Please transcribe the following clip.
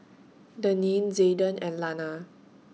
Deneen Zayden and Lana